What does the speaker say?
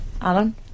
Alan